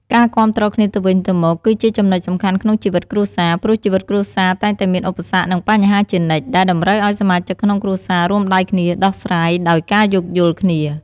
ការគាំទ្រគ្នាទៅវិញទៅមក គឺជាចំណុចសំខាន់ក្នុងជីវិតគ្រួសារ ព្រោះជីវិតគ្រួសារតែងតែមានឧបសគ្គ និងបញ្ហាជានិច្ច ដែលតម្រូវឱ្យសមាជិកក្នុងគ្រួសាររួមដៃគ្នាដោះស្រាយ ដោយការយោគយល់គ្នា។